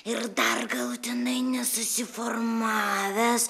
ir dar galutinai nesusiformavęs